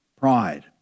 pride